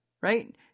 right